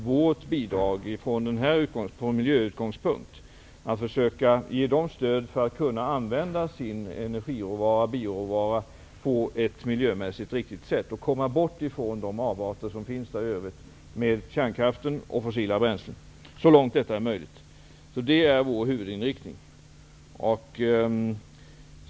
Vårt bidrag, från miljösynpunkt, är att så länge det är möjligt ge Baltikum stöd att använda den bioråvara som finns på ett miljömässigt riktigt sätt, så att de kan komma bort från de avarter som finns med kärnkraft och fossila bränslen. Det är vår huvudinriktning.